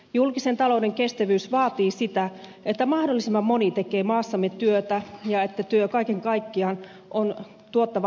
julkisen talouden kestävyys vaatii sitä että mahdollisimman moni tekee maassamme työtä ja että työ kaiken kaikkiaan on tuottavampaa ja tehokkaampaa